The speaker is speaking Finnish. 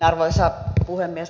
arvoisa puhemies